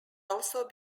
also